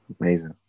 amazing